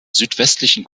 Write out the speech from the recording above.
südwestlichen